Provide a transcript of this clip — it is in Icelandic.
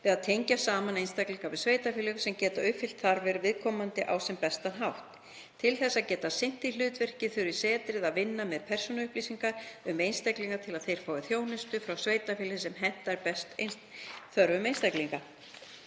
við að tengja saman einstaklinga við sveitarfélög sem geti uppfyllt þarfir viðkomandi á sem bestan hátt. Til þess að geta sinnt því hlutverki þurfi setrið að vinna með persónuupplýsingar um einstaklinga til að þeir fái þjónustu frá sveitarfélagi sem hentar best þörfum einstaklinganna.